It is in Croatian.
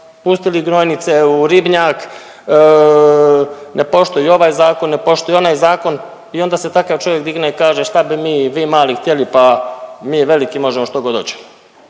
pustili gnojnice u ribnjak, ne poštuje ovaj zakon, ne poštuje onaj zakon i onda se takav čovjek digne i kaže šta bi mi, vi mali htjeli pa mi veliki možemo što god hoćemo.